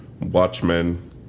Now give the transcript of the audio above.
Watchmen